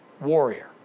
warrior